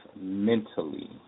mentally